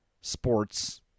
sports